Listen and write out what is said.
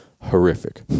horrific